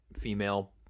female